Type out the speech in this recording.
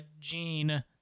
Gene